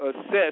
assess